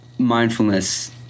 Mindfulness